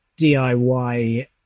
DIY